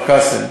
כפר-קאסם,